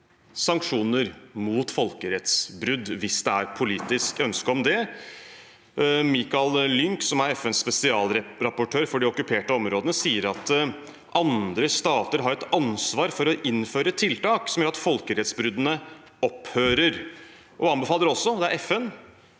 sanksjoner mot folkerettsbrudd hvis det er politisk ønske om det. Michael Lynk, som er FNs spesialrapportør for de okkuperte områdene, sier at andre stater har et ansvar for å innføre tiltak som gjør at folkerettsbruddene opphører, og anbefaler også – det er FN